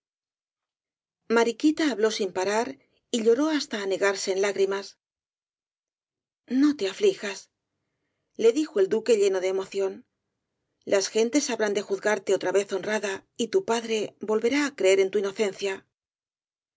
mariquita habló sin parar y lloró hasta anegarse en lágrimas no te aflijas le dijo el duque lleno de emoción las gentes habrán de juzgarte otra vez honrada y tu padre volverá á creer en tu inocencia